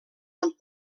amb